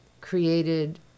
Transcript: created